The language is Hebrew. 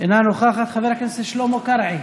אינה נוכחת, חבר הכנסת שלמה קרעי,